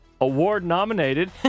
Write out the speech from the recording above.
award-nominated